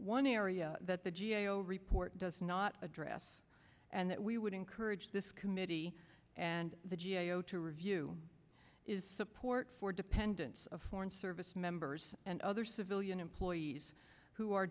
one area that the g a o report does not address and that we would encourage this committee and the g a o to review is support for dependents of foreign service members and other civilian employees who are